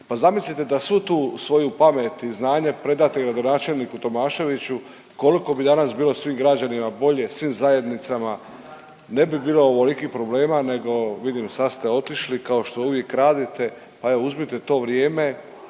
zamislite da svu tu svoju pamet i znanje predate gradonačelniku Tomaševiću, koliko bi danas bilo svim građanima bolje, svim zajednicama, ne bi bilo ovolikih problema, nego. Vidim sad ste otišli, kao što uvijek radite pa evo uzmite to vrijeme